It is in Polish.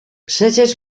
przecież